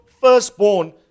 firstborn